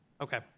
Okay